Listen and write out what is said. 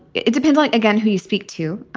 it depends. like, again, who you speak to.